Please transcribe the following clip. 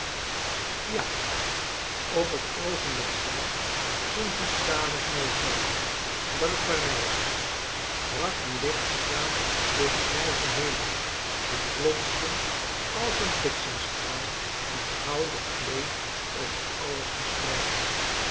ja op het oogenblik zelf toen vitalis mij zeide dat het parijs was brak een lichtstraal door den grijzen hemel die plotseling als een bliksemstraal een gouden kleed over alles verspreidde